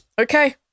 Okay